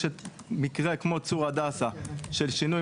יש את מקרה כמו המקרה של צור הדסה של שינוי